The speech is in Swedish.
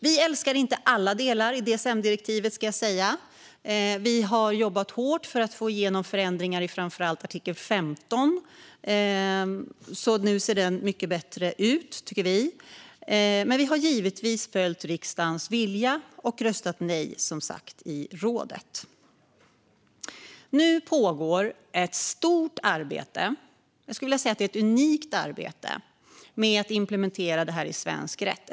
Vi älskar inte alla delar i DSM-direktivet. Vi jobbade hårt för att få igenom förändringar i framför allt artikel 15, så nu ser den mycket bättre ut, tycker vi. Men vi följde givetvis riksdagens vilja och röstade som sagt nej i rådet. Nu pågår ett stort och unikt arbete med att implementera detta i svensk rätt.